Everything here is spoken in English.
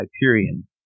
Hyperion